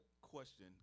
question